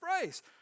phrase